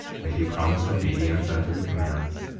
and he promised obedience unto the commands.